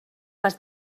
pas